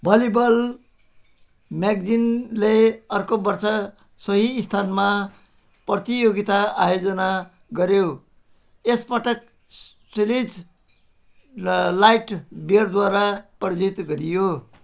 volleyball म्याग्जिनले अर्को वर्ष सोही स्थानमा प्रतियोगिता आयोजना गऱ्यो यसपटक स्चिल्ज लाइट बियरद्वारा प्रायोजित थियो